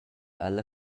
alla